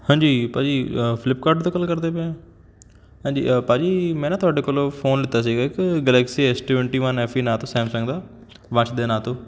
ਹਾਂਜੀ ਭਾਅ ਜੀ ਫਲਿਪਕਾਰਟ ਤੋਂ ਗੱਲ ਕਰਦੇ ਪਏ ਹੋ ਹਾਂਜੀ ਭਾਅ ਜੀ ਮੈਂ ਨਾ ਤੁਹਾਡੇ ਕੋਲੋਂ ਫੋਨ ਲਿੱਤਾ ਸੀਗਾ ਇੱਕ Galaxy S twenty one F E ਨਾਮ ਤੋਂ ਸੈਮਸੰਗ ਦਾ ਵੰਸ਼ ਦੇ ਨਾਮ ਤੋਂ